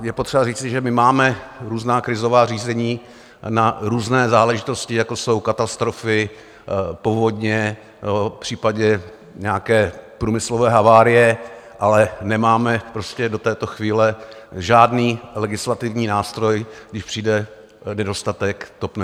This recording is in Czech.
Je potřeba říci, že máme různá krizová řízení na různé záležitosti, jako jsou katastrofy, povodně, v případě nějaké průmyslové havárie, ale nemáme prostě do této chvíle žádný legislativní nástroj, když přijde nedostatek topného média.